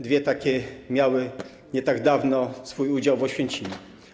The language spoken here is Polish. Dwa takie miały nie tak dawno swój udział w Oświęcimiu.